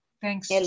Thanks